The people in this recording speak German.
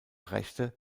rechte